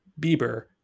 Bieber